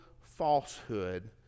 falsehood